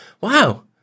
wow